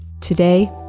Today